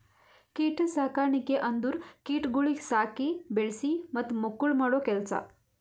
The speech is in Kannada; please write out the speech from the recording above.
ಕೀಟ ಸಾಕಣಿಕೆ ಅಂದುರ್ ಕೀಟಗೊಳಿಗ್ ಸಾಕಿ, ಬೆಳಿಸಿ ಮತ್ತ ಮಕ್ಕುಳ್ ಮಾಡೋ ಕೆಲಸ